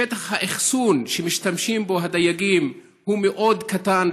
שטח האחסון שמשתמשים בו הדייגים הוא מאוד קטן,